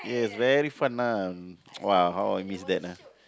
it is very fun lah !wah! how I miss that ah